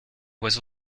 was